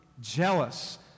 jealous